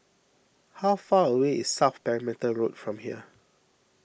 how far away is South Perimeter Road from here